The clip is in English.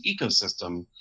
ecosystem